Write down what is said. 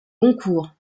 goncourt